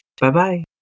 Bye-bye